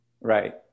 Right